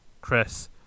Chris